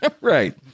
Right